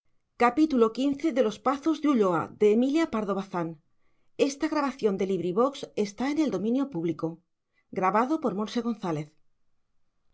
los pazos de ulloa emilia pardo bazán tomo i